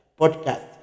podcast